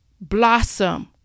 blossom